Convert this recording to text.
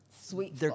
Sweet